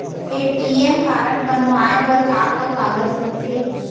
ATM card बनवाये बर का का कागज लगथे?